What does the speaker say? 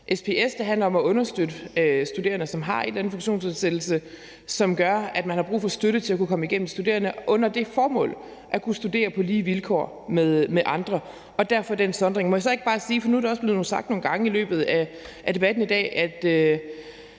SPS handler om at understøtte studerende, som har en eller anden funktionsnedsættelse, som gør, at de har brug for støtte til at kunne komme igennem studierne, og det er med det formål, at de skal kunne studere på lige vilkår med andre. Derfor er der den sondring. Må jeg så ikke bare sige noget andet, for nu er det